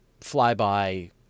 flyby